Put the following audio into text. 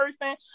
person